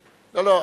לא, לא.